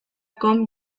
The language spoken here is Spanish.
con